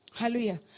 Hallelujah